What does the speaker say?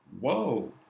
whoa